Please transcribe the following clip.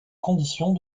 conditions